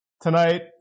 tonight